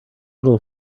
bottle